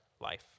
life